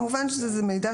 כמובן שזה מידע